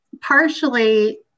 partially